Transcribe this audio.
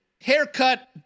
Haircut